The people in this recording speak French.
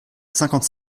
cinquante